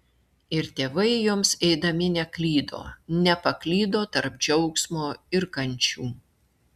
ir tėvai joms eidami neklydo nepaklydo tarp džiaugsmo ir kančių